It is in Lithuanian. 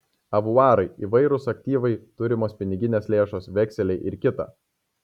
avuarai įvairūs aktyvai turimos piniginės lėšos vekseliai ir kita